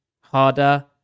harder